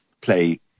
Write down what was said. play